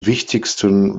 wichtigsten